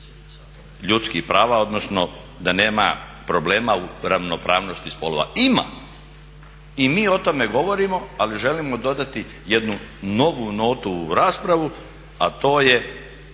ljudskih prava odnosno da nema problema u ravnopravnosti spolova. Ima i mi o tome govorimo ali želimo dodati jednu novu notu u ovu raspravu a to je